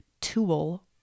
tool